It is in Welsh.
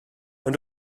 ond